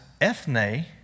ethne